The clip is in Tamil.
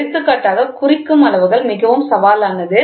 எடுத்துக்காட்டாக குறிக்கும் அளவுகள் மிகவும் சவாலானது